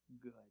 good